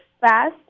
fast